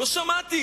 לא שמעתי